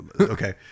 Okay